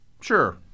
Sure